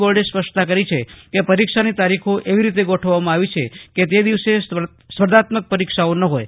બોર્ડે સ્પષ્ટતા કરી છે કે પરીક્ષાની તારીખો એવી રીતે ગોઠવવામાં આવી છે કે તે દિવસે સ્પર્ધાત્મક પરીક્ષાઓ ન હોય